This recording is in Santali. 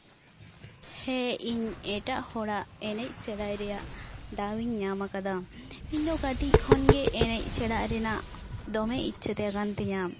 ᱦᱮᱸ ᱤᱧ ᱮᱴᱟᱜ ᱦᱚᱲᱟᱜ ᱮᱱᱮᱡ ᱥᱮᱬᱟᱭ ᱨᱮᱭᱟᱜ ᱫᱟᱣᱤᱧ ᱧᱟᱢ ᱟᱠᱟᱫᱟ ᱤᱧ ᱫᱚ ᱠᱟᱹᱴᱤᱡ ᱠᱷᱚᱱ ᱜᱮ ᱮᱱᱮᱡ ᱥᱮᱬᱟᱭ ᱨᱮᱭᱟᱜ ᱫᱚᱢᱮ ᱤᱪᱪᱷᱟᱹ ᱛᱟᱦᱮᱸ ᱠᱟᱱ ᱛᱤᱧᱟᱹ